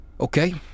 Okay